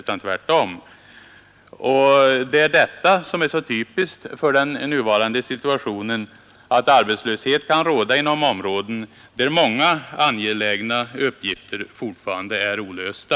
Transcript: Tvärtom har vi bostadsbrist. Det är typiskt för den nuvarande situationen att arbetslöshet kan råda inom områden, där många angelägna uppgifter fortfarande är olösta.